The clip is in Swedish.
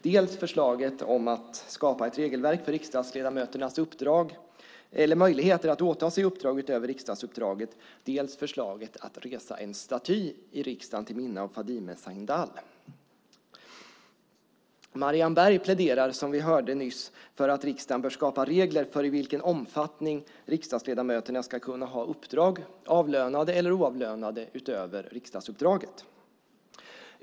Dels är det förslaget om att skapa ett regelverk för riksdagsledamöternas möjligheter att åta sig uppdrag utöver riksdagsuppdraget, dels är det förslaget att resa en staty i riksdagen till minne av Fadime Sahindal. Marianne Berg pläderar, som vi hörde nyss, för att riksdagen bör skapa regler för i vilken omfattning riksdagsledamöterna ska kunna ha uppdrag, avlönade eller oavlönade, utöver riksdagsuppdraget.